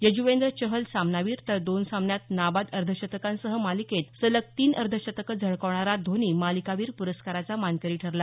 यजुवेंद्र चहल सामनावीर तर दोन सामन्यात नाबाद अर्धशतकांसह मालिकेत सलग तीन अर्धशतकं झळकावणारा धोनी मालिकावीर प्रस्काराचा मानकरी ठरला